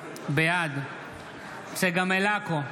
בעד צגה מלקו,